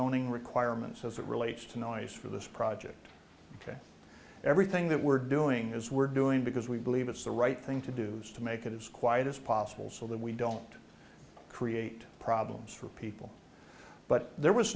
zoning requirements as it relates to noise for this project ok everything that we're doing is we're doing because we believe it's the right thing to do is to make it as quiet as possible so that we don't create problems for people but there was